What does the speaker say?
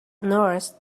nourished